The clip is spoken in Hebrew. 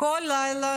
כל לילה,